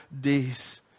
days